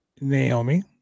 Naomi